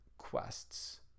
quests